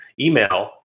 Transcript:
email